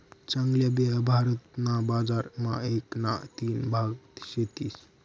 चांगल्या बिया भारत ना बजार मा एक ना तीन भाग सेतीस